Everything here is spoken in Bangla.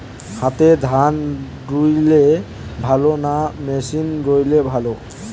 হাতে ধান রুইলে ভালো না মেশিনে রুইলে ভালো?